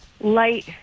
light